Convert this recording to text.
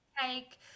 take